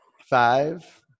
Five